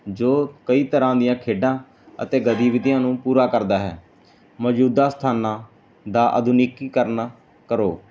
ਜੋ ਕਈ ਤਰ੍ਹਾਂ ਦੀਆਂ ਖੇਡਾਂ ਅਤੇ ਗਦੀ ਵਿਧੀਆਂ ਨੂੰ ਪੂਰਾ ਕਰਦਾ ਹੈ ਮੌਜੂਦਾ ਸਥਾਨਾਂ ਦਾ ਆਧੁਨੀਕੀਕਰਨ ਕਰੋ